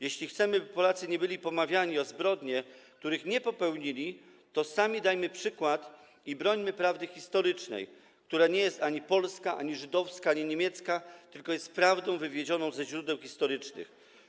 Jeśli chcemy, by Polacy nie byli pomawiani o zbrodnie, których nie popełnili, to sami dajmy przykład i brońmy prawdy historycznej, która nie jest ani polska, ani żydowska, ani niemiecka, tylko jest prawdą wywiedzioną ze źródeł historycznych.